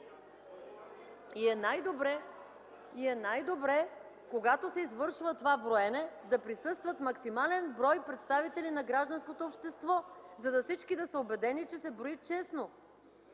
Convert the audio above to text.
И е най-добре, когато се извършва това броене да присъстват максимален брой представители на гражданското общество, за да са убедени всички, че се брои честно.